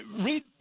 read